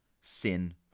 sin